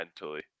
Mentally